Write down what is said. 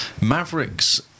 Mavericks